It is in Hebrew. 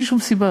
בלי שום סיבה.